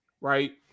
right